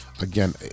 again